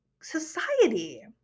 society